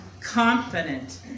confident